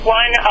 one